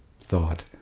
thought